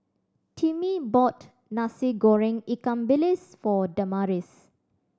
Timmie bought Nasi Goreng ikan bilis for Damaris